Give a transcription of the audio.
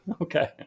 okay